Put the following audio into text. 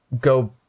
go